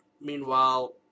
meanwhile